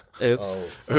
Oops